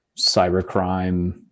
cybercrime